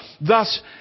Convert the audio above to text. Thus